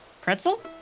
Pretzel